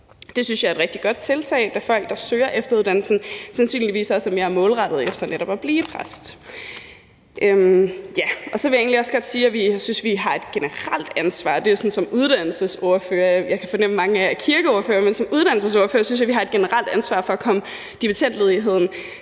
Det synes jeg er et rigtig godt tiltag, da folk, der søger efteruddannelsen, sandsynligvis også er mere målrettet efter netop at blive præst. Så vil jeg egentlig også godt sige, at jeg som uddannelsesordfører synes, at vi har et generelt ansvar. Jeg kan fornemme, at mange af jer er kirkeordførere, men som uddannelsesordfører synes jeg, at vi har et generelt ansvar for at komme dimittendledigheden